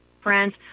friends